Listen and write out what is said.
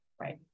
right